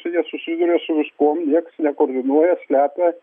jie susiduria su viskuom nieks nekoordinuoja slepia